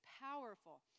powerful